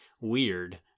weird